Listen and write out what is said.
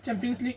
champions league